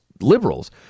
liberals